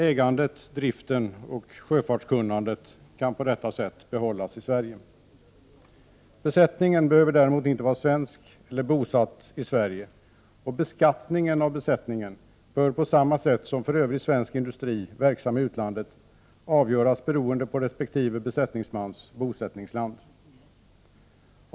Ägandet, driften och sjöfartskunnandet kan på detta sätt behållas i Sverige. Besättningen behöver däremot inte vara svensk eller bosatt i Sverige, och beskattningen av besättningen bör på samma sätt som för övrig svensk industri verksam i utlandet avgöras beroende på resp. besättningsmans bosättningsland.